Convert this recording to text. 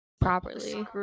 properly